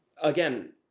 Again